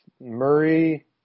Murray